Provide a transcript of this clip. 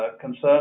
concern